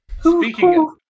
speaking